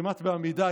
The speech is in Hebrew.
כמעט בעמידה,